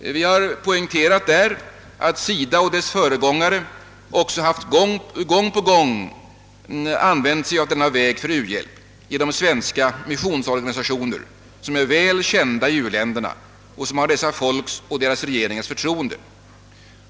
I motionen poängteras också att SIDA och dess föregångare gång på gång utnyttjat denna väg för u-hjälp genom svenska missionsorganisationer, som är välkända i u-länderna och som har dessa folks och deras regeringars förtroende.